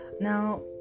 now